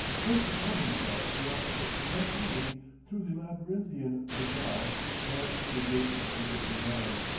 takes upon himself the office of conducting me through the labyrinthian bazaar and to the gate of exit beyond.